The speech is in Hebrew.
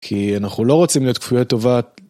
כי אנחנו לא רוצים להיות כפויי טובה.